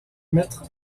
mettre